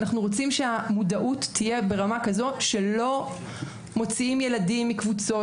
אנחנו רוצים שהמודעות תהיה ברמה כזאת שלא מוציאים ילדים מקבוצות,